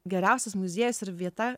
geriausias muziejus ir vieta